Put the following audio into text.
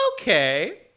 okay